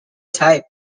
type